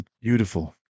Beautiful